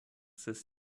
this